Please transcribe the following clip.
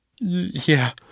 Yeah